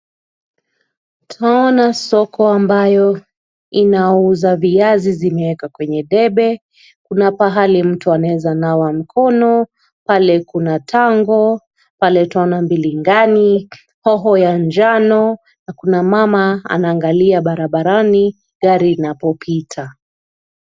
Twaona soko ambayo, inauza viazi zimewekwa kwenye debe, kuna pahali mtu anaweza nawa mkono, pale kuna tango, pale twaona mbilingani, hoho ya njano, na kuna mama anaangalia barabarani, gari inapopita.